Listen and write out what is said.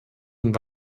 und